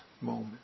moment